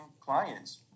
clients